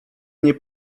nie